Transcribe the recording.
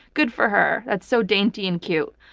good for her. that's so dainty and cute.